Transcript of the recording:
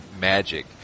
magic